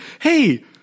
Hey